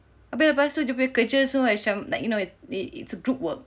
habis lepas tu dia punya kerja macam you know it's a group work